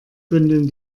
bündeln